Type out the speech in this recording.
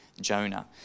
Jonah